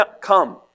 come